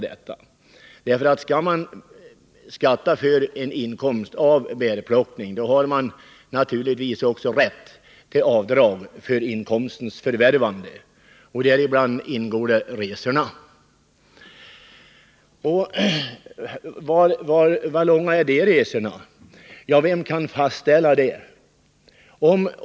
Skall man skatta för en inkomst av bärplockning, har man naturligtvis också rätt till avdrag för inkomstens förvärvande. Här ingår bl.a. resor. Vem kan fastställa hur långa de resorna är?